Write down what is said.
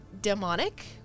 demonic